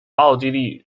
奥地利